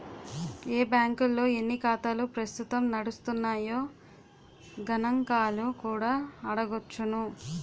ఏ బాంకుల్లో ఎన్ని ఖాతాలు ప్రస్తుతం నడుస్తున్నాయో గణంకాలు కూడా అడగొచ్చును